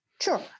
Sure